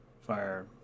Fire